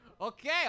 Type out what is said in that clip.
Okay